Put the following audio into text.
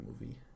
movie